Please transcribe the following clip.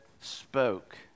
spoke